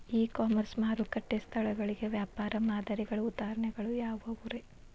E commerce ಮಾರುಕಟ್ಟೆ ಸ್ಥಳಗಳಿಗೆ ವ್ಯಾಪಾರ ಮಾದರಿಗಳ ಉದಾಹರಣೆಗಳು ಯಾವವುರೇ?